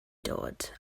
dod